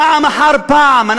פעם אחר פעם,